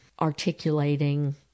articulating